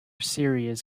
series